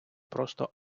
просто